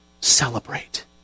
celebrate